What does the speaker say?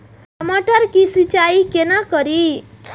टमाटर की सीचाई केना करी?